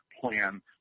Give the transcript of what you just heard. plan